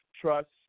trust